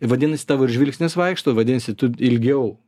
vadinasi tavo ir žvilgsnis vaikšto vadinasi tu ilgiau